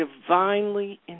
divinely